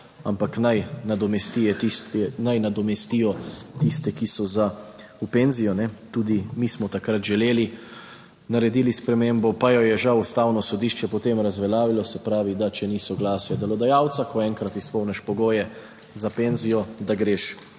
ampak naj nadomestijo tiste, ki so za v penzijo. Tudi mi smo takrat želeli, naredili spremembo, pa jo je žal Ustavno sodišče potem razveljavilo. Se pravi, da če ni soglasja delodajalca, ko enkrat izpolniš pogoje za penzijo, da greš